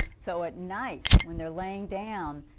so at night when they're laying down,